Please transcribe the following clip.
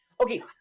Okay